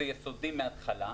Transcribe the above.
זה יסודי מההתחלה,